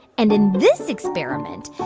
and in this experiment,